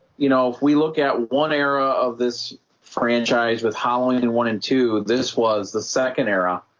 you know we look at one era of this franchise with halloween and one and two this was the second era